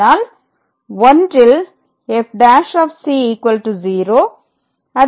ஆனால் 1ல் f' 0